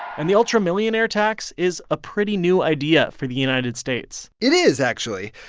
and the ultra-millionaire tax is a pretty new idea for the united states it is, actually.